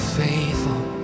faithful